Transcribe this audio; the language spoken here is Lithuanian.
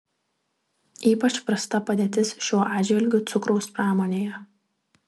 ypač prasta padėtis šiuo atžvilgiu cukraus pramonėje